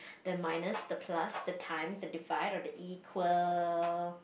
the minus the plus the times the divide the equal